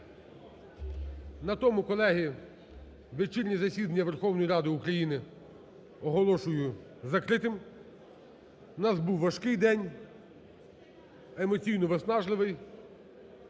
На тому, колеги, вечірнє засідання Верховної Ради України оголошую закритим. У нас був важкий день, емоційно виснажливий,